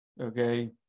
okay